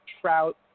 Trout